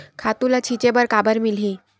खातु ल छिंचे बर काबर मिलही?